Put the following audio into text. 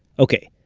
ok,